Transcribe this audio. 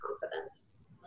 confidence